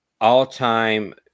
all-time